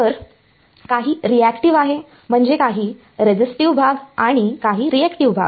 तर काही रिएक्टिव आहे म्हणजे काही रेझिस्टिव्ह भाग आणि काही रिएक्टिव भाग